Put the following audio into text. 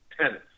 Tennis